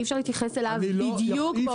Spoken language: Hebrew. אי-אפשר להתייחס אליו בדיוק באותם מילים.